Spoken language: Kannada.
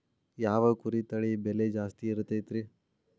ಯಾವ ಕುರಿ ತಳಿ ಬೆಲೆ ಜಾಸ್ತಿ ಇರತೈತ್ರಿ?